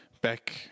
back